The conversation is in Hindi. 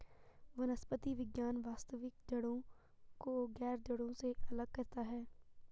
वनस्पति विज्ञान वास्तविक जड़ों को गैर जड़ों से अलग करता है